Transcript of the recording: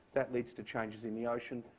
that leads to changes in the ocean.